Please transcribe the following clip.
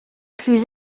plus